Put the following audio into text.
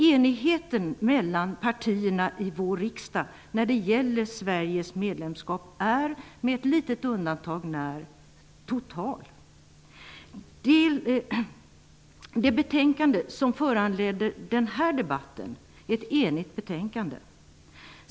Enigheten mellan partierna i vår riksdag när det gäller Sveriges medlemskap är, med ett litet undantag när, total. Det betänkande som föranleder denna debatt är ett enhälligt betänkande.